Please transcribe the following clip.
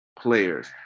players